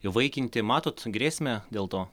įvaikinti matot grėsmę dėl to